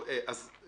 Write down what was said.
אתי תוכל להרחיב.